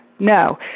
No